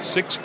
Six